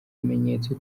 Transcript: ibimenyetso